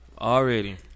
already